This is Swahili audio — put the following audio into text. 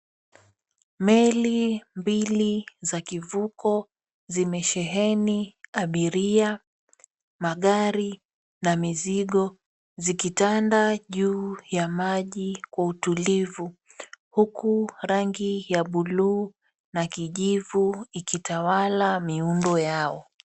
Meli mbili za kivuko vimesheheni abiria, magari na mizigo zikitanda juu ya maji kwa utulivu huku rangi ya buluu na kijivu ikitawala miundo yao.